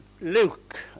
Luke